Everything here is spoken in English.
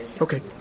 Okay